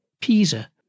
Pisa